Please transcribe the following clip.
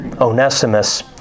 Onesimus